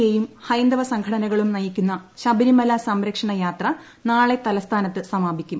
എയും ഹൈന്ദവസംഘടനകളും നയിക്കുന്ന ശബരിമല സംരക്ഷണ യാത്ര നാളെ തലസ്ഥാനത്ത് സമാപിക്കും